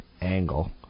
angle